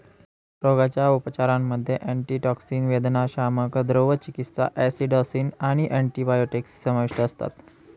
रोगाच्या उपचारांमध्ये अँटीटॉक्सिन, वेदनाशामक, द्रव चिकित्सा, ॲसिडॉसिस आणि अँटिबायोटिक्स समाविष्ट असतात